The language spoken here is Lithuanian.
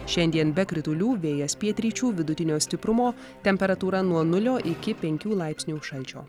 šiandien be kritulių vėjas pietryčių vidutinio stiprumo temperatūra nuo nulio iki penkių laipsnių šalčio